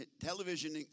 television